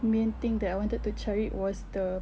main thing that I wanted to cari was the